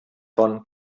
von